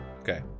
Okay